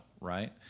right